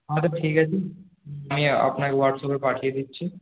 আচ্ছা ঠিক আছে আমি আপনাকে হোয়াটসঅ্যাপে পাঠিয়ে দিচ্ছি